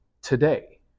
today